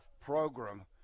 program